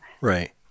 Right